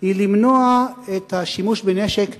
היא למנוע את השימוש בנשק כשעשוע.